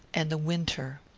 and the winter.